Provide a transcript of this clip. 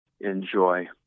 Enjoy